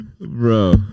Bro